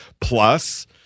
Plus